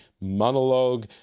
monologue